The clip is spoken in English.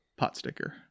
Potsticker